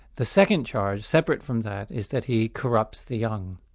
the second charge, separate from that, is that he corrupts the young.